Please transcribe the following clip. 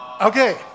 Okay